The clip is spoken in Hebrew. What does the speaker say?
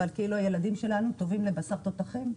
אבל כאילו הילדים שלנו טובים לבשר תותחים,